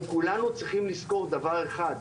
אנחנו כולנו צריכים לזכור דבר אחד,